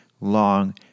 long